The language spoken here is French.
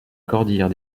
cordillère